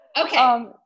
Okay